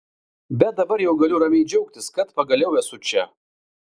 bet dabar jau galiu ramiai džiaugtis kad pagaliau esu čia